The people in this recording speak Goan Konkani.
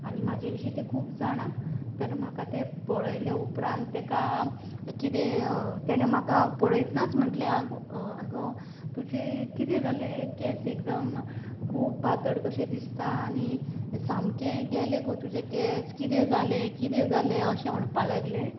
आनी म्हजे विशीं तें खूब जाणा तर म्हाका ते पळयले उपरांत ताका कितें ताणे म्हाका पळयतनाच म्हणलें आगो तुजे कितें जाले केंस एकदम खूब पातळ कशें दिसता आनी सामके गेले गो तुजे केंस कितें जाले कितें जाले अशें म्हणपाक लागलें